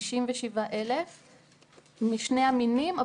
משני המינים,